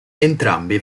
entrambi